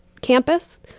campus